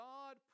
God